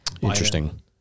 Interesting